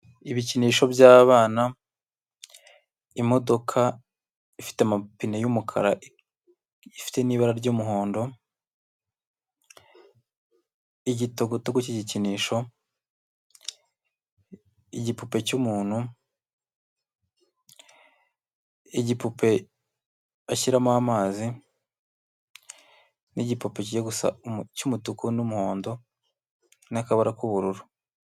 Ibikinisho by'abana, imodoka iifite amapine y'umukara ifite n'ibara ry'umuhondo, igitogotogo k'igikinisho, igipupe cy'umuntu, igipupe bashyiramo amazi, n'igipupe cy'umutuku n'umuhondo n'akabara k'ubururu.